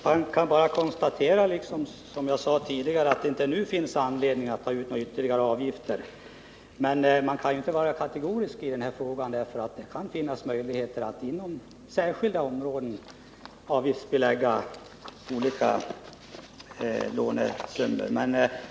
Herr talman! Jag kan bara konstatera att det inte nu finns anledning att ta ut ytterligare avgifter. Men man kan inte vara kategorisk i den här frågan, därför att det kan komma att finnas möjligheter att inom särskilda områden avgiftsbelägga olika lånesummor.